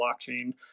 blockchain